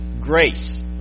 grace